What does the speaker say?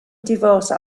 divorce